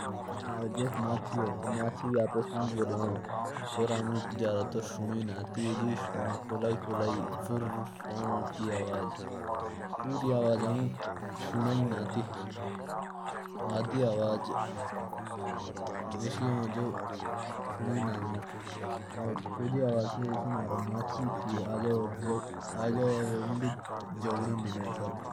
जब मछलियाँ आपस में बात करती हैं। तो वो अजीब से आवाज़ें निकालती रहती हैं। जो हमें सुनाई नहीं देती। और भी कई तरह की आवाज़ें निकालती हैं।